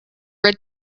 red